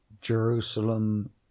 jerusalem